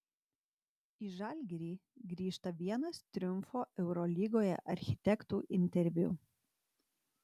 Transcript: į žalgirį grįžta vienas triumfo eurolygoje architektų interviu